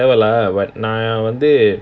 but நான் வந்து:naan vandhu